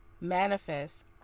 manifest